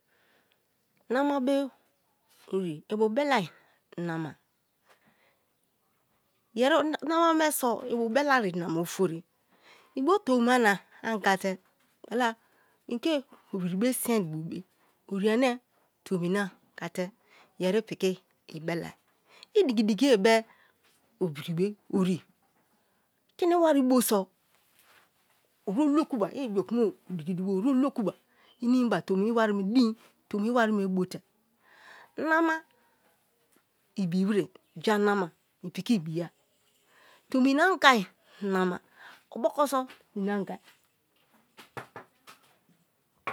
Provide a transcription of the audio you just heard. Nama be ori ibubelai nama yeri nama ma so ibubelai nama ofori i ke tomi ma na anga te gba la i ke obiri me sinye bobe ori ane tomi na anga te yeri piki ibelai idiki diki ye be obiri be ori kini iwari bo so o dokula i ibiokuma odiki diki o dokuba inimiba tomi iwari mu din tomi iwari me bote, nama ibiwere ja nama i piki ibiya tomi na angai nama obu ko so